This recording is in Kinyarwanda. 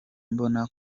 mbona